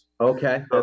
Okay